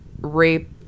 rape